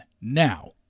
Now